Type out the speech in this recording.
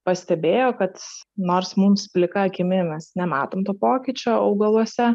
pastebėjo kad nors mums plika akimi mes nematom to pokyčio augaluose